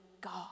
God